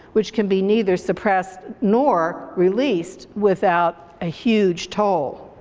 which can be neither suppressed nor released without a huge toll.